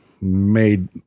made